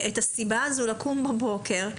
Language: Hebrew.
הסיבה הזו לקום בבוקר,